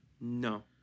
No